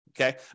Okay